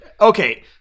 okay